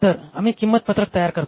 तर आम्ही किंमत पत्रक तयार करतो